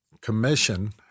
Commission